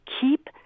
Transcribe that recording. keep